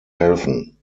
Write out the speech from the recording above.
helfen